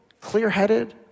clear-headed